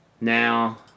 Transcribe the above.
Now